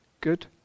good